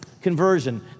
conversion